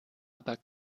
aber